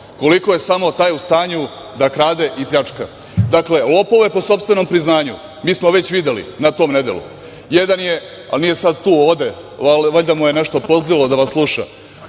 Koliko je samo taj u stanju da krade i pljačka?“Dakle, lopove po sopstvenom priznanju, mi smo već videli na tom nedelu. Jedan je, a nije sada tu, otišao je, valjda mu je nešto pozlilo da vas sluša,